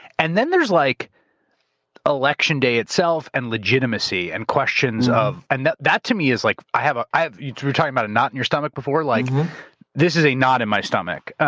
and then there's like election day itself and legitimacy and questions of. and that to me is, like i have, ah we were talking about a knot in your stomach before, like this is a knot in my stomach